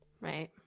Right